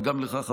וגם לך,